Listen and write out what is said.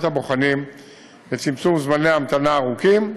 הבוחנים ולשם צמצום זמני ההמתנה הארוכים.